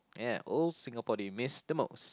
ya old Singapore do you miss the most